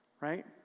right